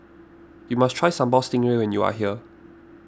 you must try Sambal Stingray when you are here